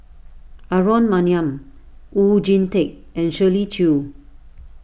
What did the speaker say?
Aaron Maniam Oon Jin Teik and Shirley Chew